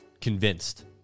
convinced